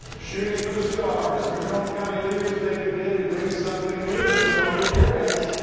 shooting for the stars! macomb county leaders make a bid to bring something new to selfridge air base.